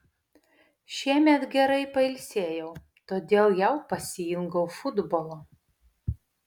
šiemet gerai pailsėjau todėl jau pasiilgau futbolo